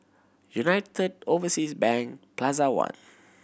United Overseas Bank Plaza One